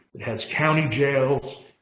it has county jail.